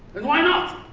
and why not?